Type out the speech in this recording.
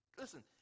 Listen